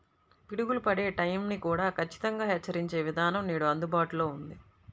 పిడుగులు పడే టైం ని కూడా ఖచ్చితంగా హెచ్చరించే విధానం నేడు అందుబాటులో ఉంది